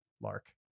lark